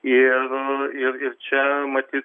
ir ir ir čia matyt